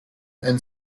and